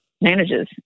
manages